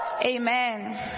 Amen